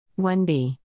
1b